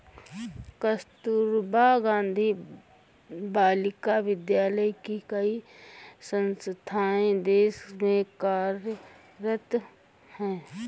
कस्तूरबा गाँधी बालिका विद्यालय की कई संस्थाएं देश में कार्यरत हैं